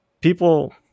People